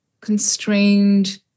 constrained